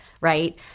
right